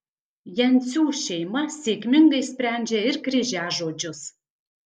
jencių šeima sėkmingai sprendžia ir kryžiažodžius